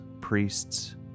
priests